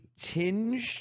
Tinged